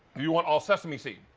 you want all sesame seed,